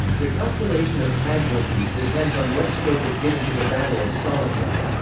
the calculation of casualties depends on what scope is given to the battle of stalingrad.